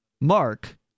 Mark